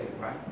right